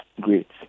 Great